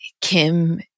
Kim